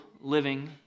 living